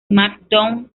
smackdown